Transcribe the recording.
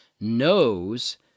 knows